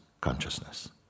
consciousness